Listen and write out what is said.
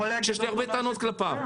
שיש לי הרבה טענות כלפיו.